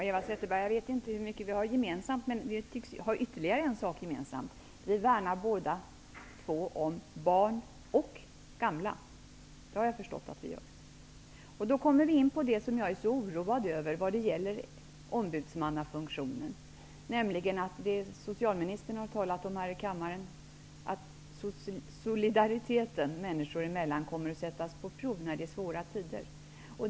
Fru talman! Jag vet inte hur mycket Eva Zetterberg och jag har gemensamt, men det tycks vara ytterligare en sak: vi värnar båda två om barn och gamla. Då kommer vi in på det som jag är så oroad över vad gäller ombudsmannafunktionen, som socialministern har talat om här i kammaren, nämligen att solidariteten människor emellan kommer att sättas på prov när det är svåra tider.